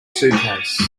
suitcase